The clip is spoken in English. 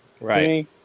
Right